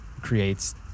creates